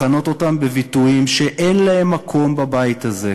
לכנות אותם בביטויים שאין להם מקום בבית הזה,